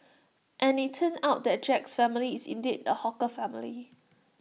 and IT turned out that Jack's family is indeed A hawker family